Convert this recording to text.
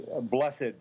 blessed